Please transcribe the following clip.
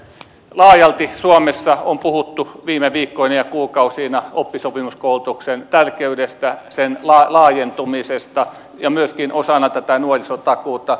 laajalti suomessa on puhuttu viime viikkoina ja kuukausina oppisopimuskoulutuksen tärkeydestä sen laajentumisesta ja myöskin osana tätä nuorisotakuuta